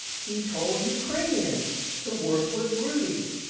he told ukrainians to work with rudy.